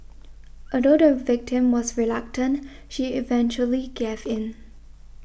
although the victim was reluctant she eventually gave in